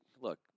look